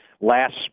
last